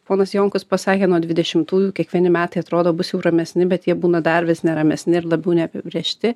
ponas jankus pasakė nuo dvidešimtųjų kiekvieni metai atrodo bus jau ramesni bet jie būna dar vis neramesni ir labiau neapibrėžti